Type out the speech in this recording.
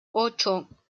ocho